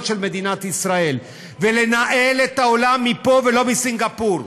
של מדינת ישראל ולנהל את העולם מפה ולא מסינגפור.